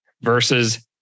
versus